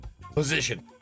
Position